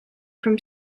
from